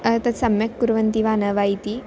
तत् सम्यक् कुर्वन्ति वा न वा इति